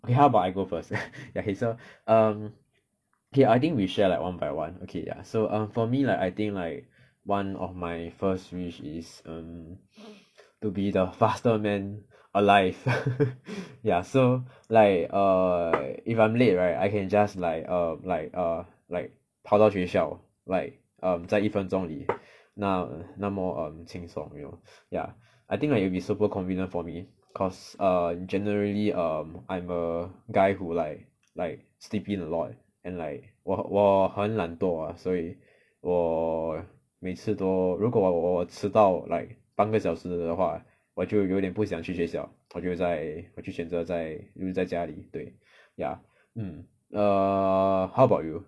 okay how about I go first okay so um okay I think we share like one by one okay ya so um for me like I think like one of my first wish is um to be the fastest man alive ya so like err if I'm late right I can just like um like err like 跑到学校 like um 在一分钟里那那么 um 清爽 you know ya I think like it'll be super convenient for me cause err generally um I'm a I'm a guy who like like sleep in a lot and like 我我很懒惰啦所以我每次都如果我迟到 like 半个小时的话我就有点不想去学校我就会在我就选择在留在家里对 ya mm err how about you